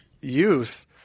youth